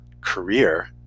career